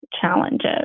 challenges